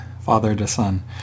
father-to-son